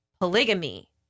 polygamy